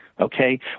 okay